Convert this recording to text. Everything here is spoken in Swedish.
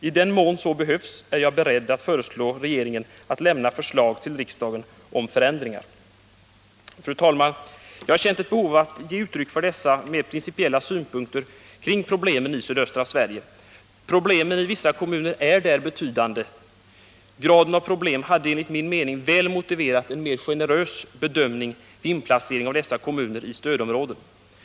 I den mån så behövs är jag beredd att föreslå regeringen att lämna förslag till riksdagen om förändringar.” Fru talman! Jag har känt ett behov av att ge uttryck för dessa mer principiella synpunkter på problemen i sydöstra Sverige. Problemen är där i vissa kommuner betydande. Problemens svårighetsgrad hade enligt min mening väl motiverat en mer generös bedömning vid inplaceringen av kommunerna där i de olika stödområdena.